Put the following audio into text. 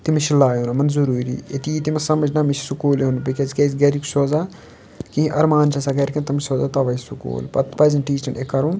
تٔمِس چھِ لایُن یِمَن ضروٗری أتی یِیہِ تٔمِس سَمجھ نہَ مےٚ چھُ سکوٗل یُن بہٕ کیٛازِ کیاز گَرِکۍ چھِ سوزان کِہیٖنٛۍ اَرمان چھِ آسان گَرِکٮ۪ن تِم چھِ سوزان تَوَے سکوٗل پَتہٕ پَزِ نہٕ ٹیٖچرَن یہِ کَرُن